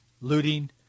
looting